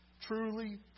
Truly